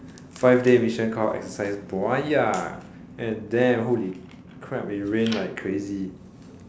five day mission call exercise buaya and then holy crap it rained like crazy